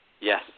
Yes